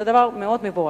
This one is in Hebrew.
זה דבר מאוד מבורך.